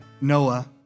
Noah